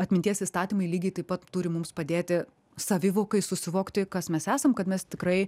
atminties įstatymai lygiai taip pat turi mums padėti savivokai susivokti kas mes esam kad mes tikrai